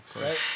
right